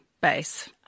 base